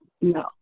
no